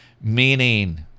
meaning